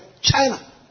China